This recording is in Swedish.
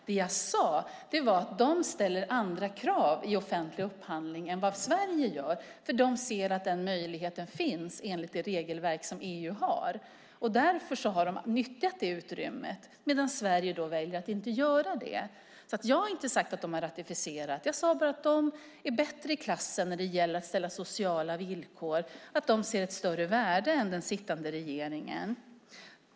Vad jag sade var att de ställer andra krav i offentlig upphandling än vad Sverige gör eftersom de ser att möjligheten finns enligt det regelverk som finns i EU. Därför har de nyttjat det utrymmet medan Sverige väljer att inte göra det. Jag har inte sagt att de har ratificerat utan jag har sagt att de är bättre i klassen när det gäller att ställa sociala villkor och att de ser ett större värde än den sittande regeringen.